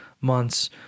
months